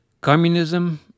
communism